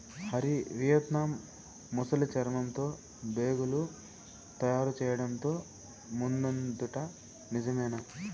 Hari, Vietnam ముసలి చర్మంతో బేగులు తయారు చేయడంతో ముందుందట నిజమేనా